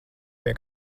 pie